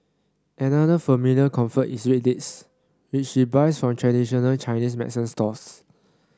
another familiar comfort is red dates which she buys from traditional Chinese medicine stores